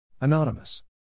Anonymous